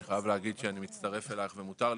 אני חייב להגיד שאני מצטרף אליך ומותר להתרגש.